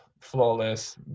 flawless